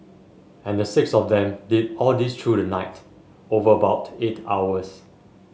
and the six of them did all this through the night over about eight hours